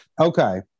Okay